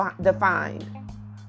defined